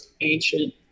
ancient